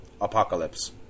apocalypse